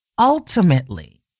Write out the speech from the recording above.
ultimately